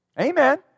Amen